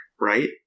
right